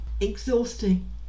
Exhausting